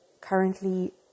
currently